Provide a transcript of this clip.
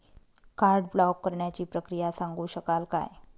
Card block करण्याची प्रक्रिया सांगू शकाल काय?